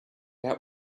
out